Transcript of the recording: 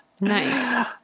Nice